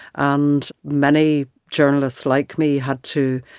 and many journalists like me had to,